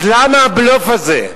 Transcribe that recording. אז למה הבלוף הזה?